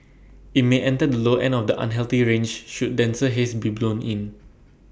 IT may enter the low end of the unhealthy range should denser haze be blown in